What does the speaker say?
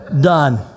done